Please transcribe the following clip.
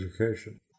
education